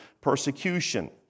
persecution